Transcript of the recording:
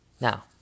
Now